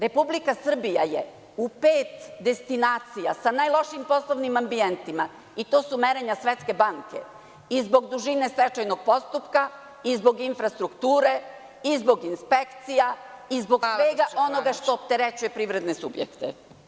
Republika Srbija je u pet destinacija sa najlošijim poslovnim ambijentima i to su merenja Svetske banke i zbog dužine stečajnog postupka, i zbog infrastrukture, i zbog inspekcija, i zbog svega onoga što opterećuje privredne subjekte.